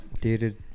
dated